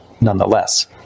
nonetheless